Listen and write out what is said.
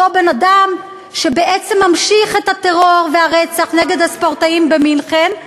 אותו בן-אדם שבעצם ממשיך את הטרור והרצח נגד הספורטאים במינכן,